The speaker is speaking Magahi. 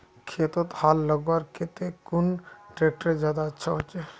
खेतोत हाल लगवार केते कुन ट्रैक्टर ज्यादा अच्छा होचए?